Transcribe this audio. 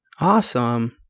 Awesome